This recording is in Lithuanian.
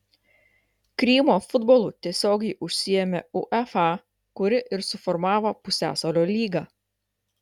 krymo futbolu tiesiogiai užsiėmė uefa kuri ir suformavo pusiasalio lygą